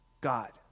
God